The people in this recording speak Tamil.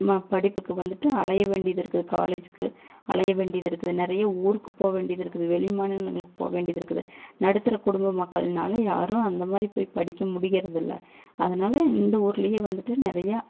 நம்ம படிப்புக்கு வந்துட்டு அலையவேண்டியதிருக்குது காலேஜுக்கு அலையவேண்டியதிருக்குது நிறைய ஊருக்கு போக வேண்டியதிருக்குது வெளி மாநிலங்களுக்கு போக வேண்டியதிருக்குது நடுத்தர குடும்ப மக்கள்னால யாரும் அந்தமாதிரி போய் படிக்கமுடியறதில்ல அதனால் இந்த ஊருலேயே வந்துட்டு நிறையா